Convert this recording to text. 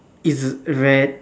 is red